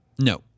No